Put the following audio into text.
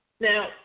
Now